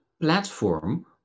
platform